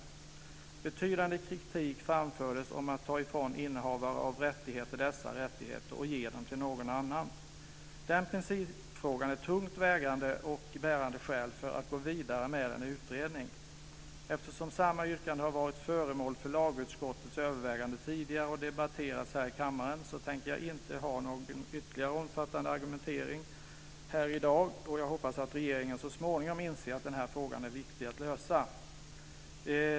Betydande kritik framfördes mot förslaget att ta ifrån innehavare av rättigheter dessa rättigheter och ge dem till någon annan. Den principfrågan är tungt vägande och ett bärande skäl för att gå vidare med en utredning. Eftersom samma yrkande har varit föremål för lagutskottets övervägande tidigare och debatterats här i kammaren tänker jag inte framföra någon ytterligare omfattande argumentering här i dag. Jag hoppas att regeringen så småningom inser att den här frågan är viktig att lösa.